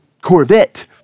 Corvette